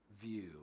view